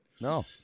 No